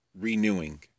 renewing